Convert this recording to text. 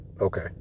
Okay